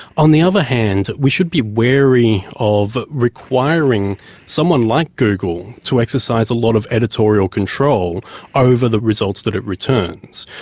on the other hand, we should be wary of requiring someone like google to exercise a lot of editorial control over the results that it returns.